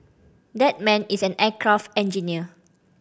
that man is an aircraft engineer